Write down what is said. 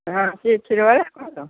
ହଁ କିଏ କ୍ଷୀର ବାଲା କହୁଛ